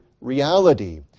reality